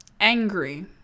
Angry